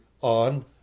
on